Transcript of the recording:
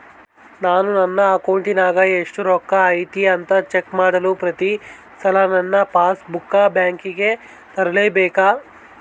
ನಾನು ನನ್ನ ಅಕೌಂಟಿನಾಗ ಎಷ್ಟು ರೊಕ್ಕ ಐತಿ ಅಂತಾ ಚೆಕ್ ಮಾಡಲು ಪ್ರತಿ ಸಲ ನನ್ನ ಪಾಸ್ ಬುಕ್ ಬ್ಯಾಂಕಿಗೆ ತರಲೆಬೇಕಾ?